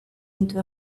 into